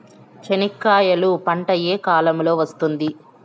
చెనక్కాయలు పంట ఏ కాలము లో వస్తుంది